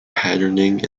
patterning